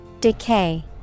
Decay